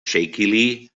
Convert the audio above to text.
shakily